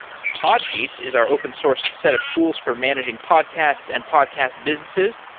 pod sheets is our open source set of tools for managing podcasts and podcast businesses.